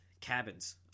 cabins